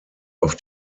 auf